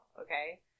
okay